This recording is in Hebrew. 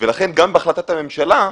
לכן גם בהחלטת הממשלה,